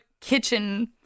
kitchen